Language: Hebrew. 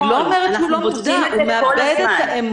אני לא אומרת שהוא לא מודע, הוא מאבד את האמון.